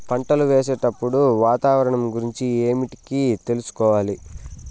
పంటలు వేసేటప్పుడు వాతావరణం గురించి ఏమిటికి తెలుసుకోవాలి?